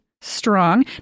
strong